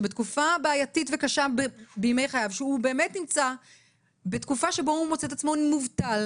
שבתקופה בעייתית וקשה בימי חייו שבה הוא מוצא את עצמו מובטל